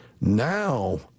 now